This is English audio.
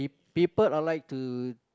people uh like to